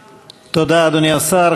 תודה, אדוני השר.